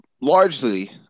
largely